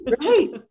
right